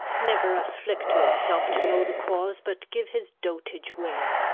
never afflict yourself to know the cause, but give his dotage way.